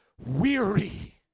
weary